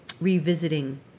revisiting